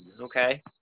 Okay